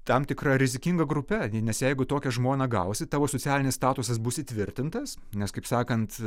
tam tikra rizikinga grupe nes jeigu tokią žmoną gausi tavo socialinis statusas bus įtvirtintas nes kaip sakant